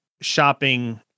shopping